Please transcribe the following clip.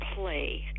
play